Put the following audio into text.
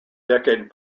decade